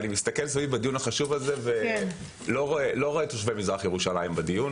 אני מסתכל סביב בדיון החשוב הזה ולא רואה את תושבי מזרח ירושלים בדיון,